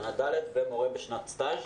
בשנה ד' ומורה בשנת סטז'.